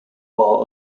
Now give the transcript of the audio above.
while